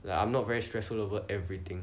like I'm not very stressful over everything